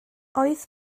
oedd